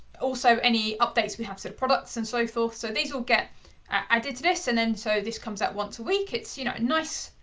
also, any updates we have sort of products and so forth, so these will get added to this. and then, so this comes out once a week. it's you know a nice,